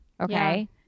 Okay